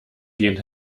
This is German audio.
gen